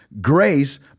grace